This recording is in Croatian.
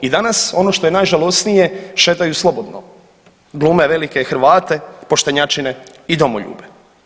I danas ono što je najžalosnije šetaju slobodno, glume velike Hrvate, poštenjačine i domoljube.